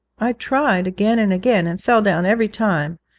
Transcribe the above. i tried again and again, and fell down every time,